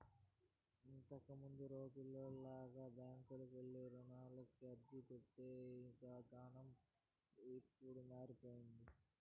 ఇంతకముందు రోజుల్లో లాగా బ్యాంకుకెళ్ళి రుణానికి అర్జీపెట్టే ఇదానం ఇప్పుడు మారిపొయ్యింది